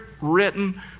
written